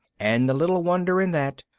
and little wonder in that,